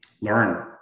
learn